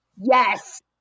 Yes